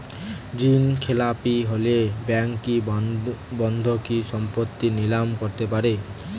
ঋণখেলাপি হলে ব্যাঙ্ক কি বন্ধকি সম্পত্তি নিলাম করতে পারে?